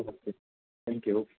okay thank you